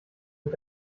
mit